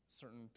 Certain